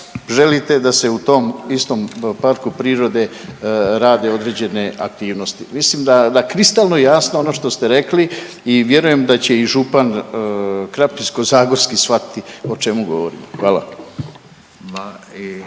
želite da se u tom istom parku prirode rade određene aktivnosti. Mislim da, da kristalno jasno ono što ste rekli i vjerujem da će i župan Krapinsko-zagorski shvatiti o čemu govorimo. Hvala.